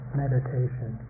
meditation